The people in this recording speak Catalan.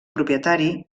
propietari